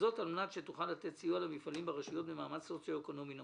וזאת על מנת שתוכל לתת סיוע למפעלים ברשויות במעמד סוציו-אקונומי נמוך.